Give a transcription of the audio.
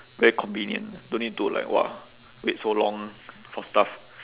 very convenient don't need to like !wah! wait so long for stuff